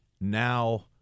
now